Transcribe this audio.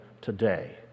today